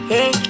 Hey